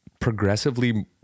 progressively